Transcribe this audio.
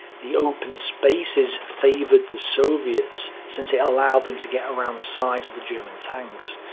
the open spaces favoured the soviets, since it allowed them to get around the sides of the german tanks.